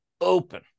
open